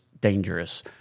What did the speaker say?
dangerous